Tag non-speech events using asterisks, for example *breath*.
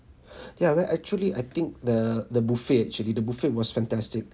*breath* ya where actually I think the the buffet actually the buffet was fantastic